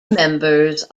members